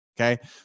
Okay